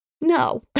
No